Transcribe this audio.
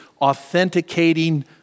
authenticating